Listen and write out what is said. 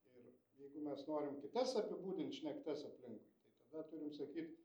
ir jeigu mes norim kitas apibūdint šnektas aplinkui tai tada turim sakyt